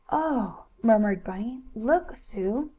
oh! murmured bunny. look, sue.